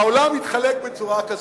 העולם מתחלק בצורה כזאת,